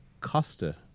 Costa